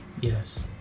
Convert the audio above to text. Yes